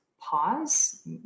pause